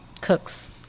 cooks